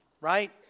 right